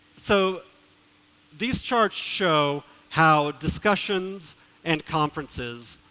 so these charts show how discussions and conferences,